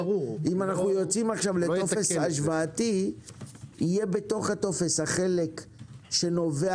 אם אנחנו יוצאים לטופס השוואתי יהיה בתוכו החלק שנובע